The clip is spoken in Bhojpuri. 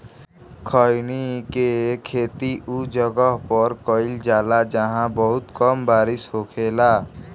खईनी के खेती उ जगह पर कईल जाला जाहां बहुत कम बारिश होखेला